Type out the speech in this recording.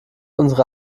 unsere